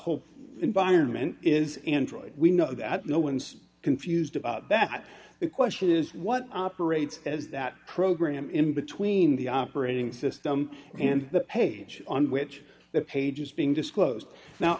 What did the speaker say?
whole environment is android we know that no one's confused about that the question is what operates as that program in between in the operating system and the page on which the page is being disclosed now